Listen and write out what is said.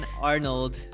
Arnold